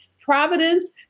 Providence